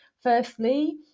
Firstly